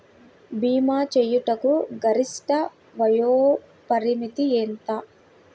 భీమా చేయుటకు గరిష్ట వయోపరిమితి ఎంత?